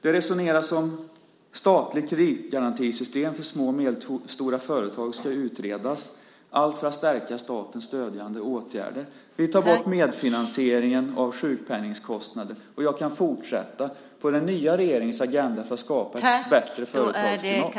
Det resoneras om att ett statligt kreditgarantisystem för små och medelstora företag ska utredas, allt för att stärka statens stödjande åtgärder. Vi tar bort medfinansieringen av sjukpenningkostnaden. Och jag kan fortsätta när det gäller den nya regeringens agenda för att skapa ett bättre företagsklimat.